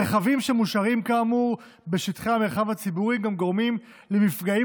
הרכבים שמושארים כאמור בשטחי המרחב הציבורי גם גורמים למפגעים